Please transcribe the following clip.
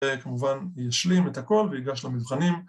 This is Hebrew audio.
וכמובן ישלים את הכל וייגש למבחנים